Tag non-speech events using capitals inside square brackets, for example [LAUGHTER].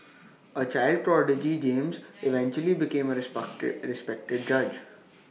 A child prodigy James eventually became A responded [NOISE] respected judge [NOISE]